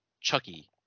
Chucky